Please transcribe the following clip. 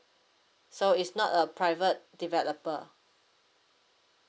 so it's not a private developer